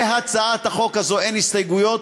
להצעת החוק אין הסתייגויות,